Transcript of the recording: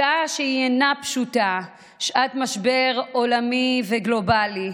שעה שאינה פשוטה, שעת משבר עולמי וגלובלי.